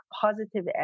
positive